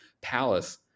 palace